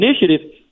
Initiative